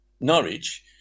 Norwich